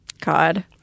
God